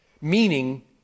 Meaning